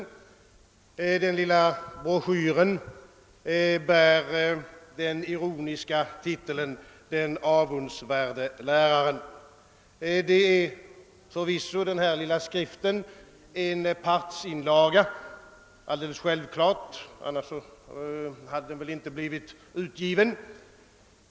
Den lilla broschyren bär den ironiska titeln »Den avundsvärde lärarens. Självfallet är den lilla skriften en partsinlaga, ty annars hade den väl inte blivit utgiven.